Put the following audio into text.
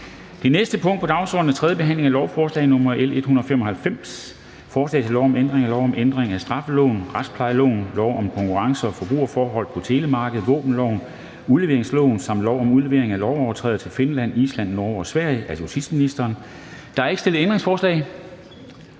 Det næste punkt på dagsordenen er: 7) 3. behandling af lovforslag nr. L 195: Forslag til lov om ændring af lov om ændring af straffeloven, retsplejeloven, lov om konkurrence- og forbrugerforhold på telemarkedet, våbenloven, udleveringsloven samt lov om udlevering af lovovertrædere til Finland, Island, Norge og Sverige. (Ændring af revisionsbestemmelse).